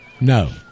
No